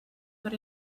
but